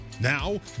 Now